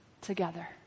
together